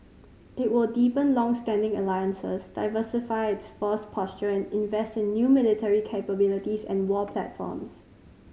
it will deepen longstanding alliances diversify its force posture and invest in new military capabilities and war platforms